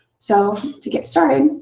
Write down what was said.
so to get started,